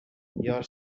your